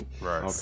right